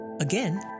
Again